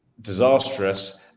disastrous